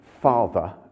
Father